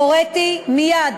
והוריתי מייד,